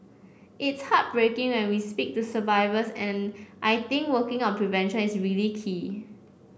it's heartbreaking when we speak to survivors and I think working on prevention is really key